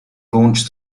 launch